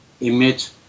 emit